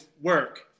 work